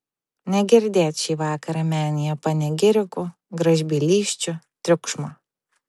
negirdėt šį vakarą menėje panegirikų gražbylysčių triukšmo